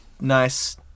nice